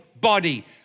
body